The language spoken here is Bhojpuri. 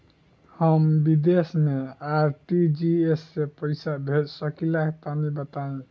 हम विदेस मे आर.टी.जी.एस से पईसा भेज सकिला तनि बताई?